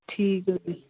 ਠੀਕ ਹੈ ਜੀ